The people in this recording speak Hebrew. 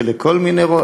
ולכל מיני.